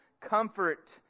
comfort